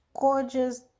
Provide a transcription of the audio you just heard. gorgeous